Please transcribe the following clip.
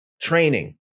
training